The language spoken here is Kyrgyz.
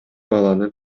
баланы